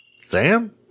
Sam